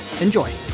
Enjoy